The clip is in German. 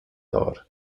dar